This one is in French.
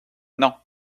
non